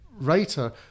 writer